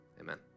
Amen